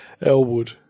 Elwood